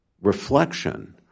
reflection